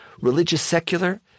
religious-secular